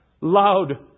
Loud